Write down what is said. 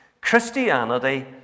Christianity